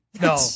No